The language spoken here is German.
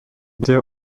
der